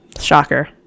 Shocker